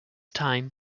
time